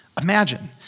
imagine